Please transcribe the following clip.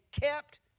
kept